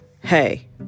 hey